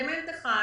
אלמנט אחד,